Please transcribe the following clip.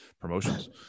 promotions